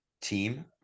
team